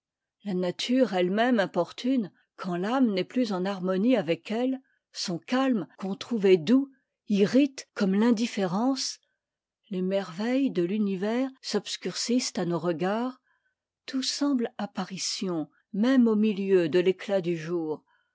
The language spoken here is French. la nature ette même importune quand l'âme n'est plus en harmonie avec elle son calme qu'on trouvait doux irrite comme t'indifférence les merveilles de t'uni vers s'obscurcissent à nos regards tout semble apparition même au milieu de l'éclat du jour